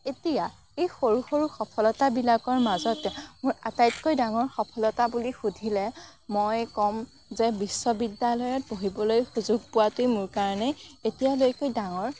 এতিয়া এই সৰু সৰু সফলতাবিলাকৰ মাজত মোৰ আটাইতকৈ ডাঙৰ সফলতা বুলি সুধিলে মই ক'ম যে বিশ্ববিদ্যালয়ত পঢ়িবলৈ সুযোগ পোৱাটোয়েই মোৰ কাৰণে এতিয়ালৈকে ডাঙৰ